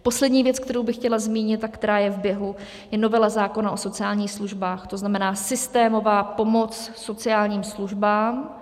Poslední věc, kterou bych chtěla zmínit a která je v běhu, je novela zákona o sociálních službách, to znamená systémová pomoc sociálním službám.